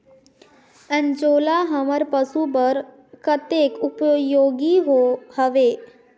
अंजोला हमर पशु बर कतेक उपयोगी हवे?